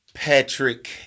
Patrick